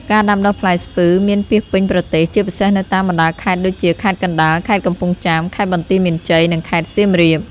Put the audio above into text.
ការដាំដុះផ្លែស្ពឺមានពាសពេញប្រទេស ជាពិសេសនៅតាមបណ្ដាខេត្តដូចជា ខេត្តកណ្ដាល ខេត្តកំពង់ចាម ខេត្តបន្ទាយមានជ័យ និងខេត្តសៀមរាប។